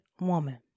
woman